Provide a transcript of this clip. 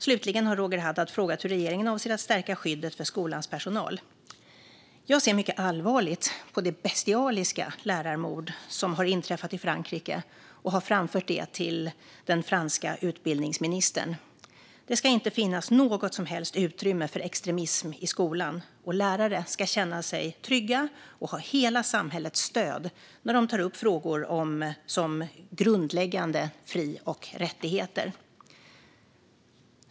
Slutligen har Roger Haddad frågat hur regeringen avser att stärka skyddet för skolans personal. Jag ser mycket allvarligt på det bestialiska lärarmord som har inträffat i Frankrike och har framfört det till den franska utbildningsministern. Det ska inte finnas något som helst utrymme för extremism i skolan, och lärare ska känna sig trygga och ha hela samhällets stöd när de tar upp frågor som grundläggande fri och rättigheter.